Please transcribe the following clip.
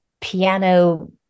piano